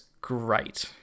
great